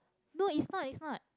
no it's not it's not